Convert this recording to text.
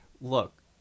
look